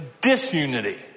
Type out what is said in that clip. disunity